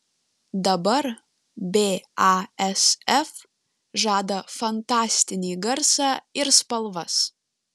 dabar basf žada fantastinį garsą ir spalvas